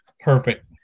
Perfect